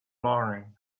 morning